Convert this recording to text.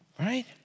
Right